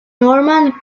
norman